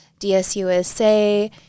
DSUSA